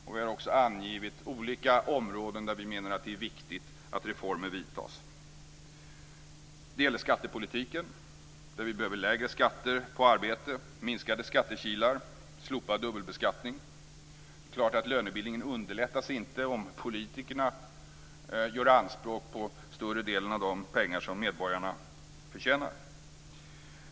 Vi har också angett olika områden där vi menar att det är viktigt att reformer vidtas. Det gäller skattepolitiken. Vi behöver lägre skatter på arbete, minskade skattekilar och slopad dubbelbeskattning. Det är klart att lönebildningen inte underlättas av att politikerna gör anspråk på större delen av de pengar som medborgarna förtjänar.